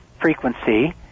frequency